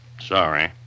sorry